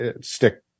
stick